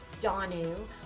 Donu